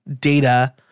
data